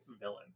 villain